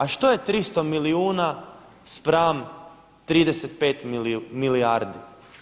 A što je 300 milijuna spram 35 milijardi.